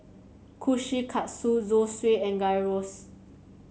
Kushikatsu Zosui and Gyros